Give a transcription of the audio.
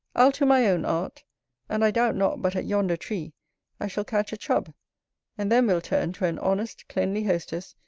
i'll to my own art and i doubt not but at yonder tree i shall catch a chub and then we'll turn to an honest cleanly hostess,